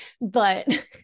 but-